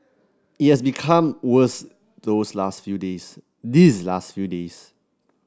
it has become worse those last few days these last few days